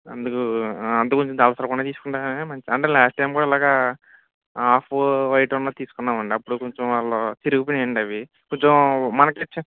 అందుకు అందుకు కొంచెం దళసరిగా ఉన్నది తీసుకుంటాను అనే మంచి లాస్ట్ టైం కూడా ఇలాగా హాఫు వైట్ ఉన్నది తీసుకున్నాము అండి అప్పుడు కొంచెం వాళ్ళు చిరిగిపోయాయి అండి అవి కొంచెం మనకి